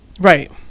right